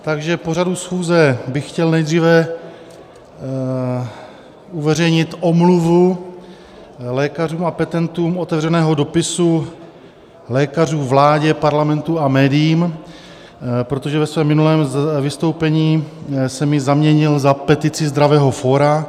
Takže k pořadu schůze bych chtěl nejdříve uveřejnit omluvu lékařům a petentům Otevřeného dopisu lékařů vládě, parlamentu a médiím, protože ve svém minulém vystoupení jsem ji zaměnil za petici Zdravé fórum.